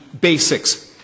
basics